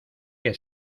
que